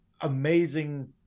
amazing